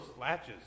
latches